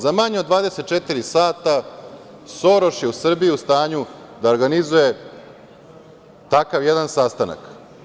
Za manje od 24 sata, Soroš je u Srbiji u stanju da organizuje takav jedan sastanak.